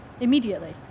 immediately